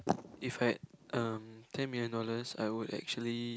if I had um ten million dollars I would actually